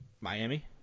Miami